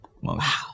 Wow